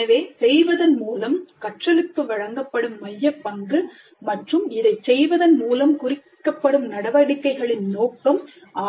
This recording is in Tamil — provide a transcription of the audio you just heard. எனவே செய்வதன் மூலம் கற்றலுக்கு வழங்கப்படும் மைய பங்கு மற்றும் இதைச் செய்வதன் மூலம் குறிக்கப்படும் நடவடிக்கைகளின் நோக்கம்